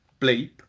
bleep